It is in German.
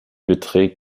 beträgt